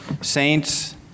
saints